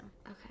Okay